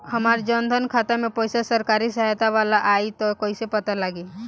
हमार जन धन खाता मे पईसा सरकारी सहायता वाला आई त कइसे पता लागी?